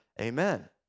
Amen